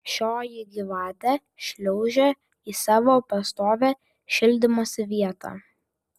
šioji gyvatė šliaužė į savo pastovią šildymosi vietą